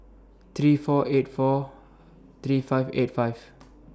three four eight four three five eight five